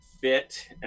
fit